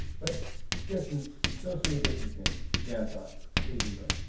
but distance socially distancing dance-off. please enjoy.